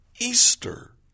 Easter